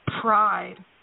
pride